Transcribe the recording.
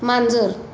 मांजर